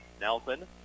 Nelson